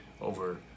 over